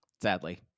Sadly